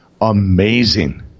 amazing